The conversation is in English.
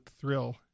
thrill